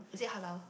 is it Halal